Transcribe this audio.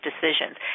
decisions